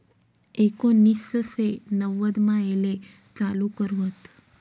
एकोनिससे नव्वदमा येले चालू कर व्हत